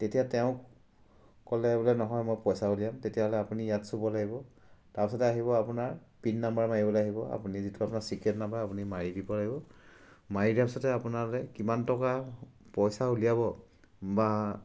তেতিয়া তেওঁক ক'লে বোলে নহয় মই পইচা উলিয়াম তেতিয়াহ'লে আপুনি ইয়াত চুব লাগিব তাৰপাছতে আহিব আপোনাৰ পিন নাম্বাৰ মাৰিবলৈ আহিব আপুনি যিটো আপোনাৰ চিক্ৰেট নাম্বাৰ আপুনি মাৰি দিব লাগিব মাৰি দিয়াৰ পছতে আপোনালৈ কিমান টকা পইচা উলিয়াব বা